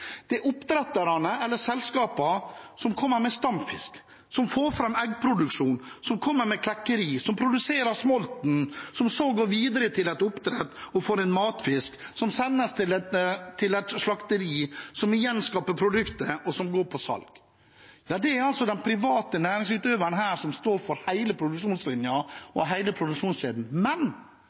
Det er oppdretterne, eller selskapene, som kommer med stamfisk, som får fram eggproduksjon, som kommer med klekkeri, som produserer smolten, som så går videre til et oppdrett, man får en matfisk som sendes til et slakteri, som igjen skaper produktet, som går til salg. Det er altså den private næringsutøveren her som står for hele produksjonslinjen og hele produksjonskjeden. Men